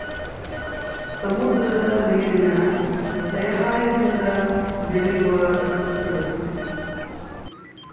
ಸಮುದ್ರದ ನೇರಿನ ಸಯಹಾಯದಿಂದ ಬೆಳಿಯುವ ಸಸ್ಯಗಳು